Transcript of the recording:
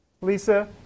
Lisa